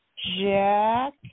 Jack